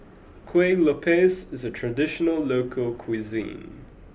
Kuih Lopes is a traditional local cuisine